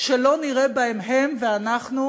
שלא נראה בהם הם ואנחנו,